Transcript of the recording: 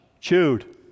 chewed